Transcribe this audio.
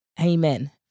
amen